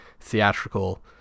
theatrical